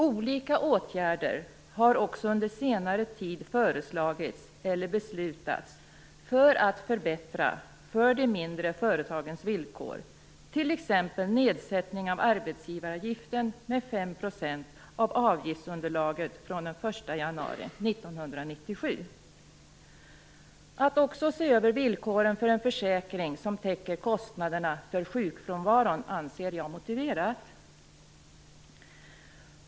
Olika åtgärder har också under senare tid föreslagits eller beslutats för att förbättra de mindre företagens villkor, t.ex. nedsättning av arbetsgivaravgiften med 5 % av avgiftsunderlaget från den 1 januari 1997. Att också se över villkoren för en försäkring som täcker kostnaderna för sjukfrånvaron anser jag vara motiverat.